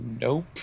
Nope